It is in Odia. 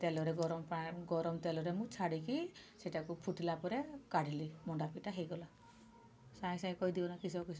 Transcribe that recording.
ତେଲରେ ଗରମ ଗରମ ତେଲରେ ଛାଡ଼ିକି ସେଇଟାକୁ ଫୁଟିଲା ପରେ କାଢ଼ିଲି ମଣ୍ଡା ପିଠା ହେଇଗଲା ସାଙ୍ଗେ ସାଙ୍ଗେ କହିଦେଇ ଗଲା କିସ କିସ